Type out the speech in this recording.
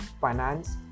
finance